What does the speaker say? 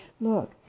look